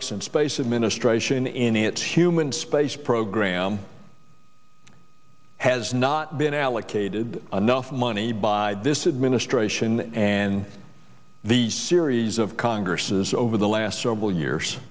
and space administration in its human space program has not been allocated enough money by this administration and the series of congresses over the last several years